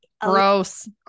Gross